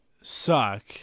suck